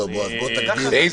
כל